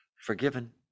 forgiven